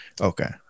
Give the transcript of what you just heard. Okay